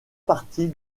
partie